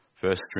first